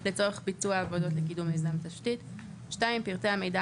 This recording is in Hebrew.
לצורך קידום וביצוע עבודות מיזם תשתית; פרטי המידע,